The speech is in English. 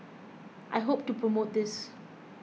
I hope to promote this